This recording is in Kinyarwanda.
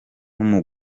yaza